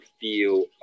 feel